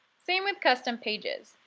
same with custom pages.